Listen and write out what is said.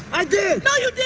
i did! no, you